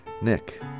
Nick